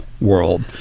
world